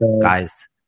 Guys